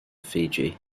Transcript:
fiji